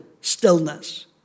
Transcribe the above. stillness